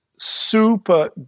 super